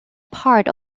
part